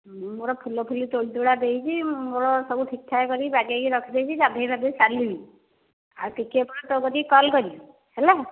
ମୁଁ ମୋର ଫୁଲ ଫୁଲି ତୋଳିତୁଳା ଦେଇଛି ମୁଁ ମୋର ସବୁ ଠିକ୍ଠାକ୍ କରି ସବୁ ବାଗେଇକି ରଖି ଦେଇଛି ଗାଧୋଇ ପାଧେଇ ସାରିଲିଣି ଆଉ ଟିକିଏ ପରେ ତୋ କତିକି କଲ୍ କରିବି ହେଲା